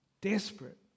desperate